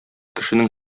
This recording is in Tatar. кешенең